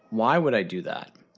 why would i do that?